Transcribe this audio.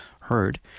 heard